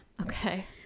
Okay